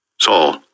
Saul